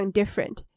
different